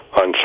on